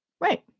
Right